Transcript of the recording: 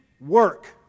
work